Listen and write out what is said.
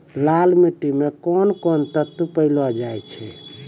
लाल मिट्टी मे कोंन कोंन तत्व पैलो जाय छै?